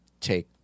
take